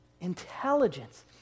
intelligence